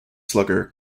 slugger